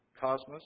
cosmos